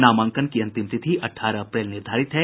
नामांकन की अंतिम तिथि अठारह अप्रैल निर्धारित है